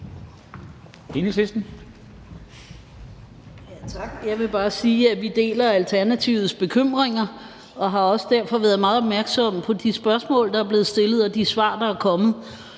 Jeg vil bare sige, at vi deler Alternativets bekymringer og derfor også har været meget opmærksomme på de spørgsmål, der er blevet stillet, og de svar, der er kommet.